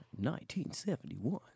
1971